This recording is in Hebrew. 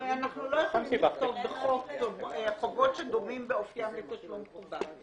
הרי אנחנו לא יכולים לכתוב בחוק: חובות שדומים באופיים לתשלום חובה.